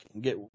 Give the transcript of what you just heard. Get